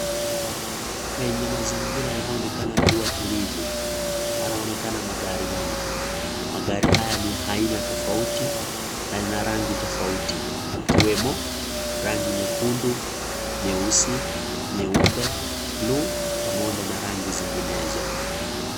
Kwenye mazingira yanayoonekana kuwa tulivu, panaonekana magari mengi. Magari haya ni ya aina tofauti na yana rangi tofauti. Ikiwemo rangi nyekundu, nyeusi, nyeupe, buluu pamoja na rangi zinginezo.